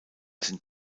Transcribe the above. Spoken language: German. sind